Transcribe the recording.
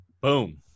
Boom